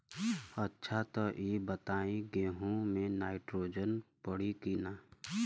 अच्छा त ई बताईं गेहूँ मे नाइट्रोजन पड़ी कि ना?